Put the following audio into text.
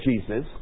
Jesus